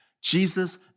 Jesus